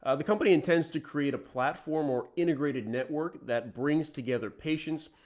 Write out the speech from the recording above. ah the company intends to create a platform or integrated network that brings together patients,